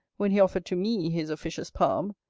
when he offered to me his officious palm.